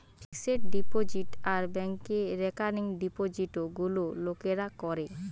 fixed deposit আর ব্যাংকে recurring ডিপোজিটে গুলা লোকরা করে